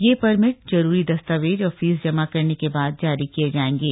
यह परमिट जरूरी दस्तावेज और फीस जमा करने के बाद जारी किये जायेंगे